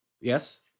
yes